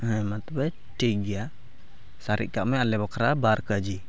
ᱦᱮᱸ ᱢᱟ ᱛᱚᱵᱮ ᱴᱷᱤᱠ ᱜᱮᱭᱟ ᱥᱟᱨᱮᱡ ᱠᱟᱜ ᱢᱮ ᱟᱞᱮ ᱵᱟᱠᱷᱨᱟ ᱵᱟᱨ ᱠᱮᱹᱡᱤ